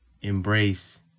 embrace